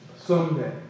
someday